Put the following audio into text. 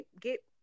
get